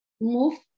move